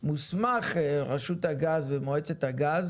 מוסמך רשות הגז ומועצת הגז